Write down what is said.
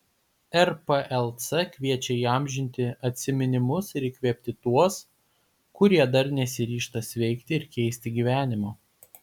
rplc kviečia įamžinti atsiminimus ir įkvėpti tuos kurie dar nesiryžta sveikti ir keisti gyvenimo